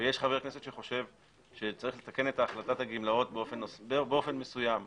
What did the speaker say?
ויש חבר כנסת שחושב שיש לתקן את החלטת הגמלאות באופן מסוים - להוסיף,